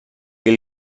che